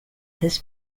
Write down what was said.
this